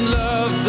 love